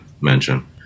mention